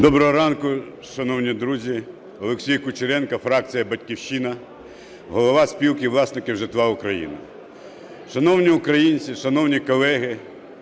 Доброго ранку, шановні друзі! Олексій Кучеренко, фракція "Батьківщина", голова Спілки власників житла України. Шановні українці, шановні колеги,